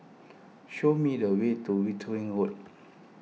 show me the way to Wittering Road